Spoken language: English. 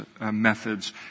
methods